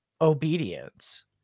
obedience